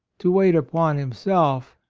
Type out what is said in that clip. to wait upon him self,